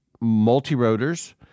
multi-rotors